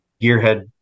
gearhead